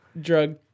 drug